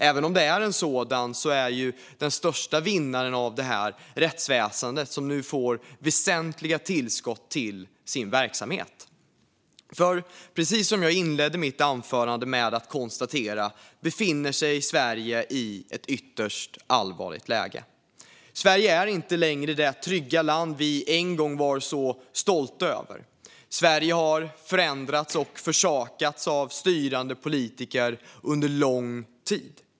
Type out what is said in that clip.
Även om det är en sådan är den största vinnaren i detta rättsväsendet, som nu får väsentliga tillskott till sin verksamhet. För precis som jag inledde mitt anförande med att konstatera befinner sig Sverige i ett ytterst allvarligt läge. Sverige är inte längre det trygga land vi en gång var så stolta över. Sverige har förändrats och försummats av styrande politiker under lång tid.